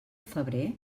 febrer